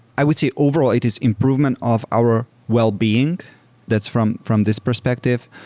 i would say overall it is improvement of our well-being that's from from this perspective.